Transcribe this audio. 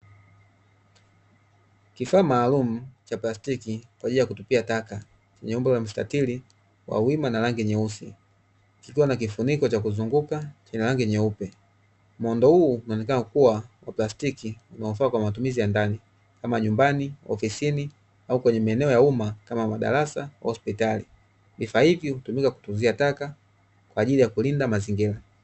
Kifaa maalumu cha plastiki kwa ajili ya kutupia taka, chenye umbo la mstatiri wa wima na rangi nyeusi kikiwa na kifuniko cha kuzunguka chenye rangi nyeupe, muundo huu unaonekana kuwa wa plastiki unaofaa kwa matumizi ya ndani kama: nyumbani, ofisini au kwenye maeneo ya umma kama: madarasa, hospitali. Kifaa hiki hutumika kutunzia taka kwa ajili ya kulinda mazingira.